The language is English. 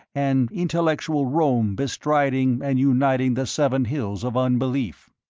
an intellectual rome bestriding and uniting the seven hills of unbelief.